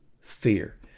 fear